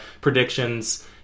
predictions